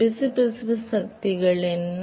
மற்றும் பிசுபிசுப்பு சக்திகளைப் பற்றி என்ன